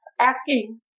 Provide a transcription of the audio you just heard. asking